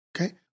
okay